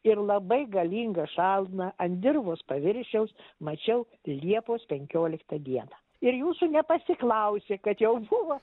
ir labai galingą šalną ant dirvos paviršiaus mačiau liepos penkioliktą dieną ir jūsų nepasiklausi kad jau buvo